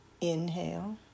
Inhale